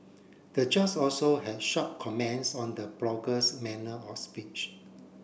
the judge also had sharp comments on the blogger's manner of speech